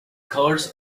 colours